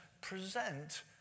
present